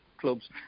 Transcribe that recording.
clubs